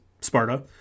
Sparta